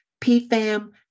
PFAM